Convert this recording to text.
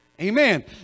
Amen